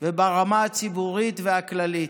וברמה הציבורית והכללית.